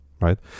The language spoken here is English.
right